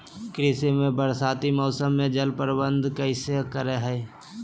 कृषि में बरसाती मौसम में जल प्रबंधन कैसे करे हैय?